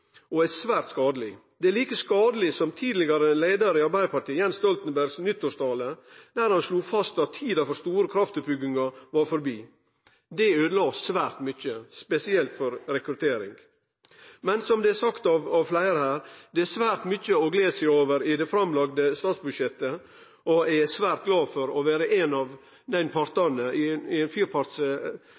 og er svært skadeleg. Det er like skadeleg som nyttårstala til den tidlegare leiaren i Arbeidarpartiet Jens Stoltenberg der han slo fast at tida for store kraftutbyggingar var forbi. Det øydela svært mykje, spesielt for rekruttering. Men som fleire her har sagt: Det er svært mykje å gle seg over i det framlagde statsbudsjettet. Eg er svært glad for å høyre til ein av partane i regjeringa, som saman med samarbeidspartia kan leggje fram dette i